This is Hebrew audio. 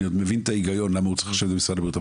אני מבין את ההיגיון למה הוא צריך לשבת במשרד הבריאות,